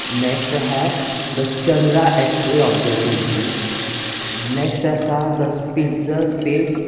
next आहा the Chandra X ray observatory next आसा the Spitzer space